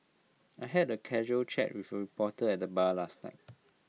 I had A casual chat with A reporter at the bar last night